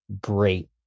great